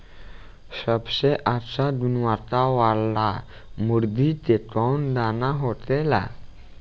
सबसे अच्छा गुणवत्ता वाला मुर्गी के कौन दाना होखेला?